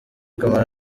camara